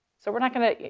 so we're not going to, you